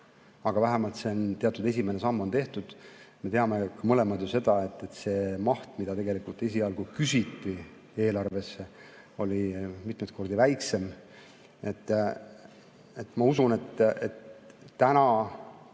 aga vähemalt teatud esimene samm on tehtud. Me teame mõlemad ju seda, et see maht, mida tegelikult esialgu küsiti eelarvesse, oli mitmeid kordi väiksem. Ma usun, et nüüd